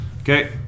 Okay